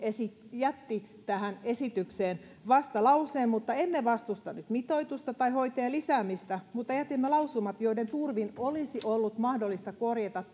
jätti tähän esitykseen vastalauseen mutta emme vastusta nyt mitoitusta tai hoitajien lisäämistä mutta jätimme lausumat joiden turvin olisi ollut mahdollista korjata